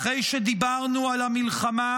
אחרי שדיברנו על המלחמה,